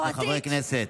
סיעות וחברי כנסת.